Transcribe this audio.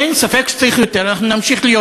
אין ספק שצריך יותר, אנחנו נמשיך להיות